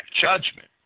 judgment